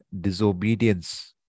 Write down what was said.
disobedience